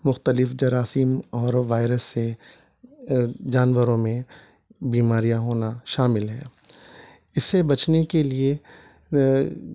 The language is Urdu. مختلف جراثیم اور وائیرس سے جانوروں میں بیماریاں ہونا شامل ہے اس سے بچنے کے لیے